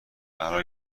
قرار